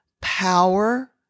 power